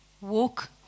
walk